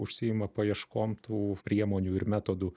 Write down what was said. užsiima paieškom tų priemonių ir metodų